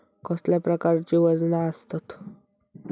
कसल्या प्रकारची वजना आसतत?